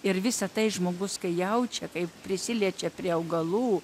ir visa tai žmogus kai jaučia kai prisiliečia prie augalų